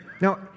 Now